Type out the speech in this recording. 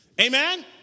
Amen